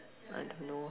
I don't know